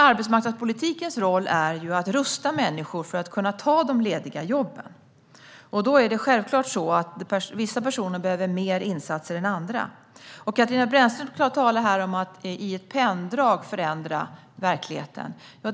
Arbetsmarknadspolitikens roll är att rusta människor för att kunna ta de lediga jobben, och självklart behöver vissa personer mer insatser än andra. Katarina Brännström talade om att förändra verkligheten i ett penndrag.